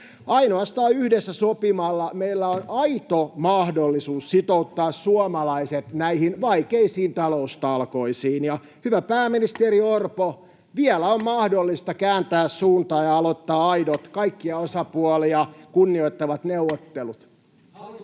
Ainoastaan yhdessä sopimalla meillä on aito mahdollisuus sitouttaa suomalaiset näihin vaikeisiin taloustalkoisiin. Hyvä pääministeri Orpo, vielä on mahdollista kääntää suuntaa ja aloittaa aidot, kaikkia osapuolia kunnioittavat neuvottelut.